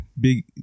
big